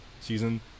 season